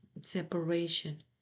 separation